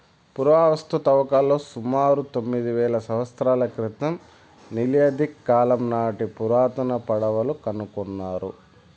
పురావస్తు త్రవ్వకాలలో సుమారు తొమ్మిది వేల సంవత్సరాల క్రితం నియోలిథిక్ కాలం నాటి పురాతన పడవలు కనుకొన్నారు